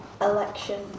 election